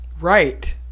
Right